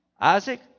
Isaac